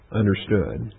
understood